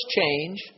change